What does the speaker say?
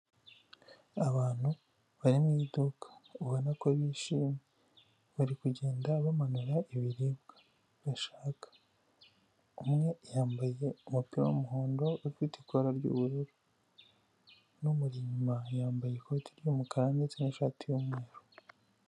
Abantu bari mu iduka ubona ko bishimye, bari kugenda bamanura ibiribwa bashaka. Umwe yambaye umupira w'umuhondo ufite ikora ry'ubururu n'umuri inyuma yambaye ikoti ry'umukara ndetse n'ishati y'umweru.